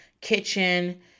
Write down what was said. kitchen